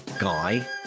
Guy